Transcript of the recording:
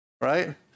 right